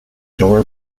dora